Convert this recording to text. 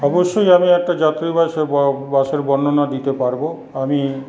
অবশ্যই আমি একটা জাতীয় বাসের বাসের বর্ণনা দিতে পারব আমি